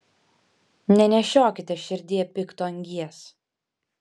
nenešiokite širdyje pikto angies